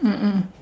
mm mm